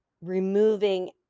removing